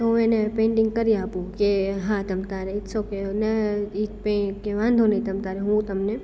તો હું એને પેંટિંગ કરી આપું કે હા તમતારે ઇટ્સ ઓકે અને ઈ કે કે વાંધો નહીં તમતારે હું તમને